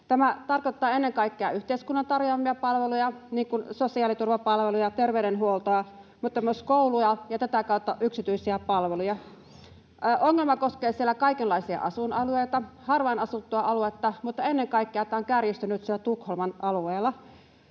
Tämä tarkoittaa ennen kaikkea yhteiskunnan tarjoamia palveluja, niin kuin sosiaaliturvapalveluja, terveydenhuoltoa mutta myös kouluja ja tätä kautta yksityisiä palveluja. Ongelma koskee siellä kaikenlaisia asuinalueita: harvaan asuttuja alueita, mutta ennen kaikkea tämä on kärjistynyt siellä Tukholman alueella.